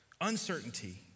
uncertainty